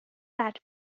that